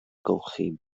golchi